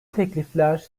teklifler